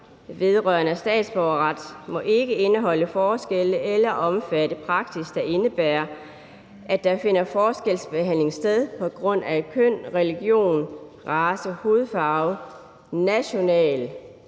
vedrørende statsborgerret må ikke indeholde forskelle eller omfatte praksis, der indebærer, at der finder forskelsbehandling sted på grund af køn, religion, race, hudfarve, national